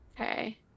Okay